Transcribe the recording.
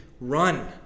run